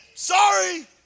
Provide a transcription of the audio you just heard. Sorry